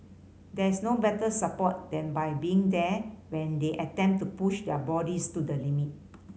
there's no better support than by being there when they attempt to push their bodies to the limit